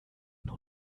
nur